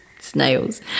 snails